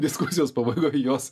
diskusijos pabaigoj jos